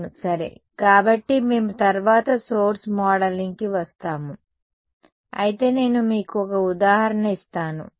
అవును సరే కాబట్టి మేము తరువాత సోర్స్ మోడలింగ్కి వస్తాము అయితే నేను మీకు ఒక ఉదాహరణ ఇస్తాను